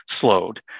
slowed